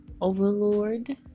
Overlord